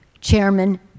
Chairman